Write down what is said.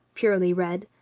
purely red,